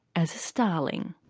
as a starling.